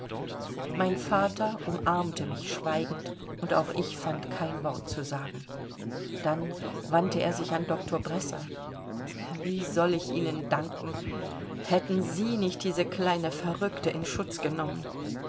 mein vater umarmte mich schweigend und auch ich fand kein wort zu sagen dann wandte er sich an doktor bresser wie soll ich ihnen danken hätten sie nicht diese kleine verrückte in schutz genommen